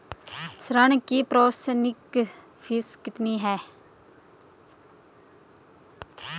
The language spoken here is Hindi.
ऋण की प्रोसेसिंग फीस कितनी है?